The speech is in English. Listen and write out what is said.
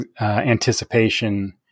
anticipation